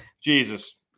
Jesus